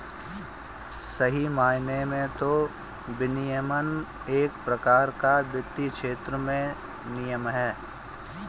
सही मायने में तो विनियमन एक प्रकार का वित्तीय क्षेत्र में नियम है